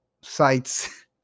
sites